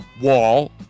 wall